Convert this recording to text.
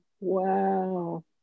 Wow